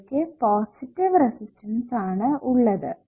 അവയ്ക്കു positive resistance ആണ് ഉള്ളത്